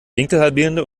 winkelhalbierende